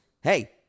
hey